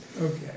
Okay